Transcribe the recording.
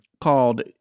called